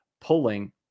pulling